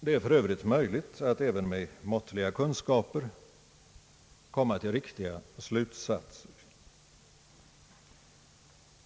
Det är för övrigt möjligt att även med måttliga kunskaper komma till riktiga slutsatser.